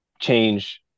change